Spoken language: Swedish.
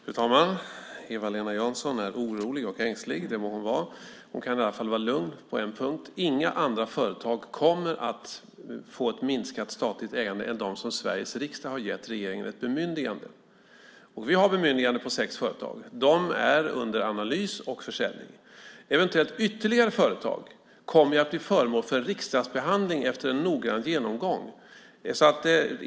Fru talman! Eva-Lena Jansson är orolig och ängslig. Det må hon vara. Hon kan i alla fall vara lugn på en punkt, nämligen att inga andra företag kommer att få ett minskat statligt ägande än de som Sveriges riksdag gett regeringen bemyndigande när det gäller försäljning. Vi har bemyndigande för sex företag. De är under analys och försäljning. Eventuella ytterligare företag kommer att bli föremål för riksdagsbehandling efter noggrann genomgång.